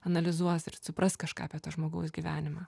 analizuos ir supras kažką apie tą žmogaus gyvenimą